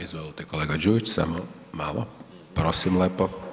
Izvolite kolega Đujić, samo malo, prosim lepo.